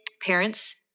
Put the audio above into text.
parents